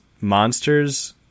monsters